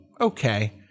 okay